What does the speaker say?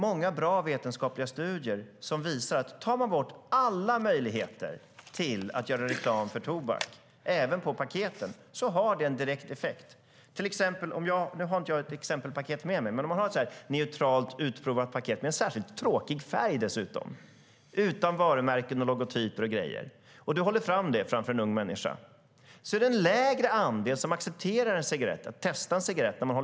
Många bra vetenskapliga studier visar att om man tar bort alla möjligheter att göra reklam för tobak, även på paketen, har det en direkt effekt. Nu har jag inget exempelpaket med mig, men om man håller fram ett neutralt utprovat paket med en särskilt tråkig färg, utan varumärken, logotyper och grejer, framför en ung människa är det en lägre andel som accepterar att testa en cigarett.